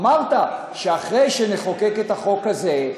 אמרת שאחרי שנחוקק את החוק הזה,